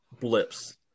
blips